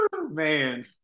man